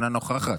אינה נוכחת,